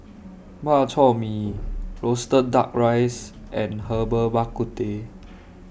Bak Chor Mee Roasted Duck Rice and Herbal Bak Ku Teh